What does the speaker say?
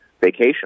vacation